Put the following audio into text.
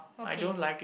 okay